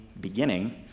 beginning